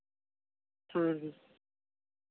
ᱦᱮᱸ